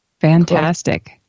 Fantastic